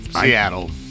Seattle